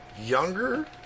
younger